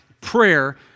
Prayer